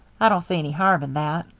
i don't see any harm in that.